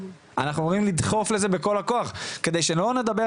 אתם אמורים לדחוף את זה בכל הכוח על מנת שנצליח לבוא